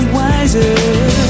wiser